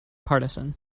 partisan